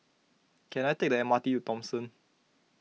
can I take the M R T to Thomson